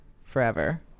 forever